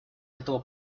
этого